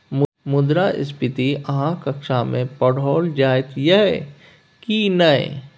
मुद्रास्फीति अहाँक कक्षामे पढ़ाओल जाइत यै की नै?